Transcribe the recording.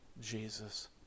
Jesus